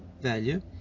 value